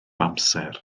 amser